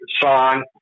song